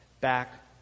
back